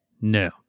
No